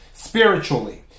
Spiritually